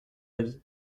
avis